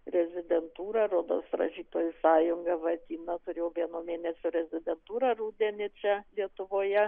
rezidentūra rodos rašytojų sąjunga vadina turėjau vieno mėnesio rezidentūrą rudenį čia lietuvoje